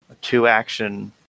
two-action